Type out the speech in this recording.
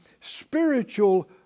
spiritual